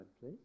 please